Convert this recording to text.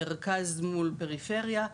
מרכז מול פריפריה.